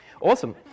awesome